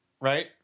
right